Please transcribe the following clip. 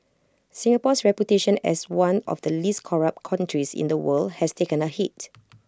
Singapore's reputation as one of the least corrupt countries in the world has taken A hit